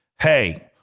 hey –